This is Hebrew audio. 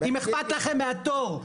אם איכפת לכם מהתור,